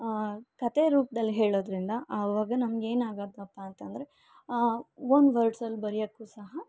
ಕತೆ ರೂಪ್ದಲ್ಲಿ ಹೇಳೋದರಿಂದ ಆವಾಗ ನಮಗೇನಾಗತ್ತಪ್ಪ ಅಂತಂದರೆ ಒಂದು ವರ್ಡ್ಸಲ್ಲಿ ಬರಿಯಕ್ಕು ಸಹ